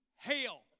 hail